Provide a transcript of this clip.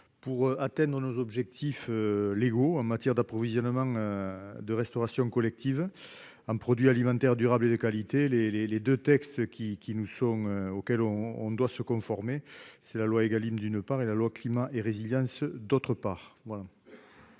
pour Athènes nos nos objectifs légaux en matière d'approvisionnement de restauration collective, un produit alimentaire durable et de qualité les, les, les 2 textes qui qui nous sont auquel on, on doit se conformer, c'est la loi Egalim d'une part, et la loi climat et résilience, d'autre part,